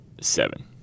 seven